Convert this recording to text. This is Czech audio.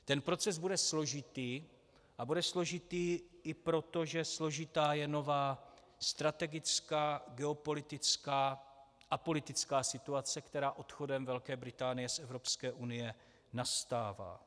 Ten proces bude složitý, a bude složitý i proto, že složitá je nová strategická geopolitická a politická situace, která odchodem Velké Británie z Evropské unie nastává.